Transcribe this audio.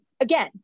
again